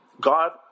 God